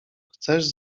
chcesz